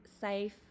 safe